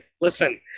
listen